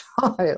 child